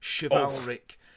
chivalric